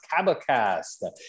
Cabacast